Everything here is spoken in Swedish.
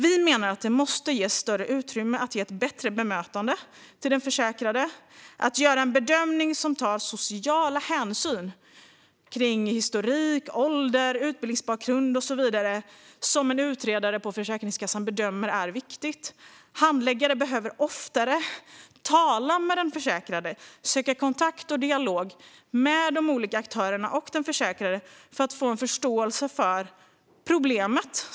Vi menar att det måste ges större utrymme för att ge den försäkrade ett bättre bemötande, för att göra en bedömning som tar sociala hänsyn, till historik, ålder, utbildningsbakgrund och så vidare, som en utredare på Försäkringskassan bedömer som viktiga. Handläggare behöver oftare tala med den försäkrade, söka kontakt och dialog med de olika aktörerna och den försäkrade för att få en förståelse för problemet.